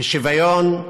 בשוויון,